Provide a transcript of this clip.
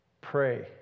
pray